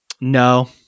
No